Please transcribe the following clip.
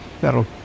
that'll